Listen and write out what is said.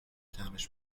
طعمش